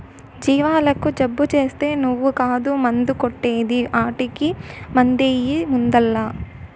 జీవాలకు జబ్బు చేస్తే నువ్వు కాదు మందు కొట్టే ది ఆటకి మందెయ్యి ముందల్ల